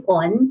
on